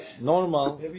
normal